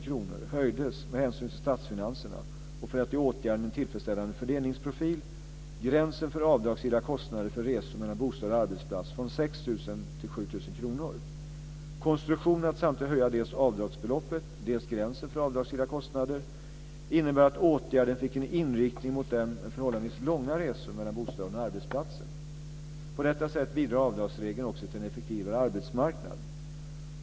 Konstruktionen att samtidigt höja dels avdragsbeloppet, dels gränsen för avdragsgilla kostnader innebär att åtgärden fick en inriktning mot dem med förhållandevis långa resor mellan bostaden och arbetsplatsen. På detta sätt bidrar avdragsregeln också till en effektivare arbetsmarknad.